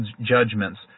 judgments